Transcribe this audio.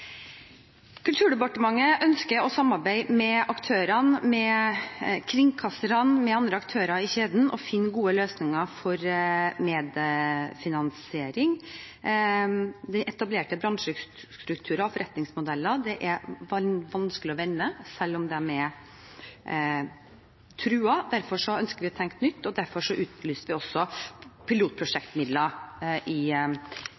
Kulturdepartementet ønsker å samarbeide med aktørene – kringkastingene og andre aktører i kjeden – og finne gode løsninger for medfinansiering. De etablerte bransjestrukturene og forretningsmodellene er vanskelige å vende, selv om de er truet. Derfor ønsker vi å tenke nytt, og derfor utlyste vi også pilotprosjektmidler i